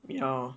ya lor